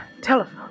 Telephone